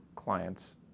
Clients